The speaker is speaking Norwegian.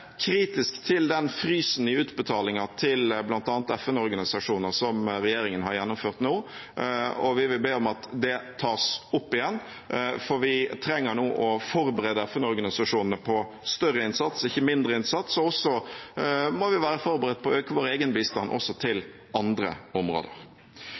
kritisk til den frysen i utbetalinger til bl.a. FN-organisasjoner som regjeringen har gjennomført nå, og vi vil be om at det tas opp igjen, for vi trenger nå å forberede FN-organisasjonene på større innsats, ikke mindre innsats, og vi må også være forberedt på å øke vår egen bistand